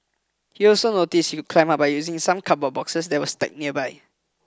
he also noticed he could climb up by using some cardboard boxes that were stacked nearby